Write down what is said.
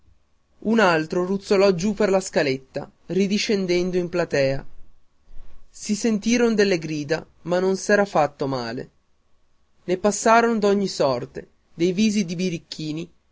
un altro ruzzolò giù per la scaletta ridiscendendo in platea si sentiron delle grida ma non s'era fatto male ne passaron d'ogni sorta dei visi di birichini